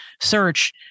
search